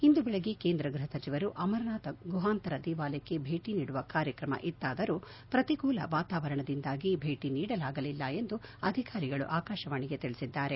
ಇಂದು ಬೆಳಿಗ್ಗೆ ಕೇಂದ್ರ ಗ್ವಹ ಸಚಿವರು ಅಮರನಾಥ ಗುಹಾಂತರ ದೇವಾಲಯಕ್ಷೆ ಭೇಟಿ ನೀಡುವ ಕಾರ್ಯಕ್ರಮವಿತ್ತಾದರೂ ಪ್ರತಿಕೂಲ ವಾತಾವರಣದಿಂದಾಗಿ ಭೇಟಿ ನೀಡಲಾಗಲಿಲ್ಲ ಎಂದು ಅಧಿಕಾರಿಗಳು ಆಕಾಶವಾಣಿಗೆ ತಿಳಿಸಿದ್ದಾರೆ